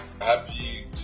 happy